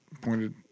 pointed